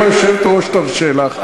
אם היושבת-ראש תרשה לך,